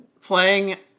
playing